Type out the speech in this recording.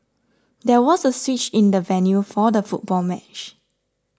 there was a switch in the venue for the football match